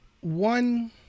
One